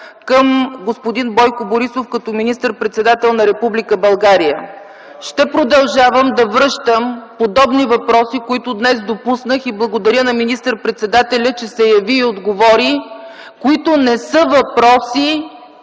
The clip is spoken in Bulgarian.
към господин Бойко Борисов като министър-председател на Република България. Ще продължавам да връщам подобни въпроси, които днес допуснах. Благодаря на министър-председателя, че се яви и отговори, които не са въпроси